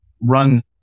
run